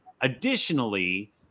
additionally